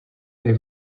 they